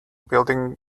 building